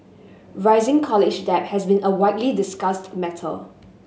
rising college debt has been a widely discussed matter